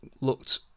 looked